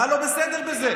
מה לא בסדר בזה?